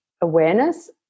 awareness